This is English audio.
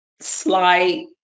slight